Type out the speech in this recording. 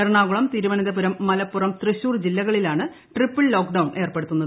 എറണാകുളം തിരുവനന്തപുരം മലപ്പു്റം തൃശൂർ ജില്ലകളിലാണ് triple lockdown ഏർപ്പെടുത്തുന്നത്